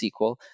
SQL